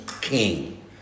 king